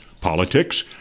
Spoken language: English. politics